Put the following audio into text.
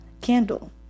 candle